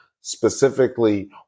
specifically